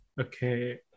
Okay